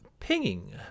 pinging